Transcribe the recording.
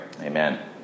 Amen